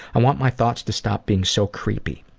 i want my thoughts to stop being so creepy.